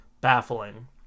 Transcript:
Baffling